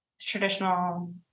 traditional